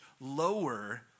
lower